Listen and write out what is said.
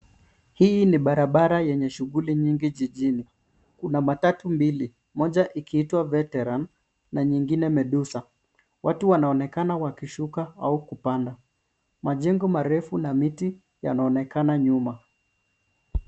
Hii ni barabara yenye shughuli nyingi jijini, kuna matatu mbili moja iki itwa Veteran na nyingine Medusa, watu wanaonekana wakishuka au kupanda. Majengo marefu na miti yanaonekana nyuma.